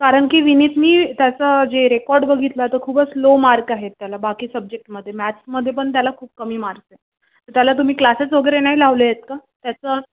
कारण की विनीतनी त्याचं जे रेकॉर्ड बघितलं तर खूपच लो मार्क आहेत त्याला बाकी सब्जेक्टमध्ये मॅथ्समध्ये पण त्याला खूप कमी मार्क आहे त्याला तुम्ही क्लासेस वगैरे नाही लावले आहेत का त्याचं